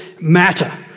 matter